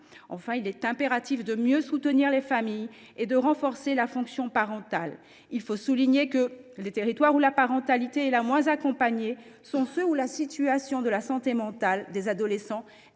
Enfin, il est impératif de mieux soutenir les familles et de renforcer la fonction parentale. Rappelons le, les territoires où la parentalité est la moins accompagnée sont ceux dans lesquels la santé mentale des adolescents s’est